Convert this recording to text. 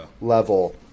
level